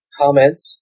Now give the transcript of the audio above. comments